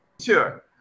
Sure